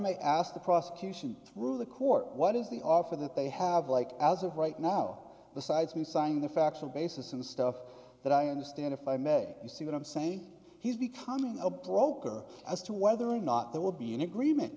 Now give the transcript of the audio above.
may ask the prosecution through the court what is the offer that they have like as of right now the sides me signing the factual basis and stuff that i understand if i may you see what i'm saying he's becoming a broker as to whether or not there will be an agreement